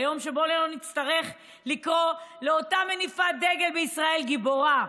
ליום שבו לא נצטרך לקרוא לאותה מניפת דגל בישראל גיבורה.